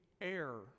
air